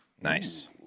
nice